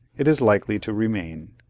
it is likely to remain.